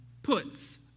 puts